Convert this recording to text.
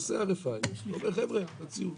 אתה עושה RFI, אתה אומר: חבר'ה, תציעו.